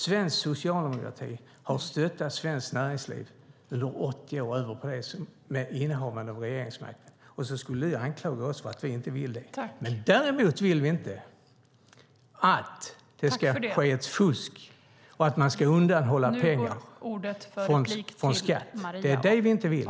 Svensk socialdemokrati har stöttat svenskt näringsliv i över 80 år av innehavande av regeringsmakten, och så ska du anklaga oss för att inte vilja göra det. Däremot vill vi inte att det ske fusk och att man ska undanhålla pengar från skatt. Det är det vi inte vill.